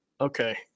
Okay